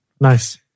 Nice